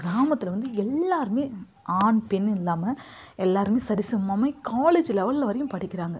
கிராமத்தில் வந்து எல்லாருமே ஆண் பெண் இல்லாமல் எல்லாருமே சரிசமமாக காலேஜ் லெவல்ல வரையும் படிக்கிறாங்க